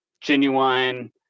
Genuine